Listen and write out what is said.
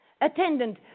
Attendant